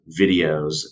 videos